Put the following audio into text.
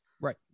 Right